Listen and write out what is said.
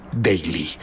daily